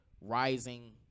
rising